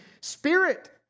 spirit